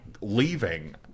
leaving